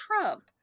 Trump